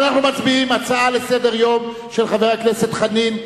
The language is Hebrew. אנחנו מצביעים על הצעה לסדר-יום של חבר הכנסת חנין.